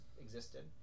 existed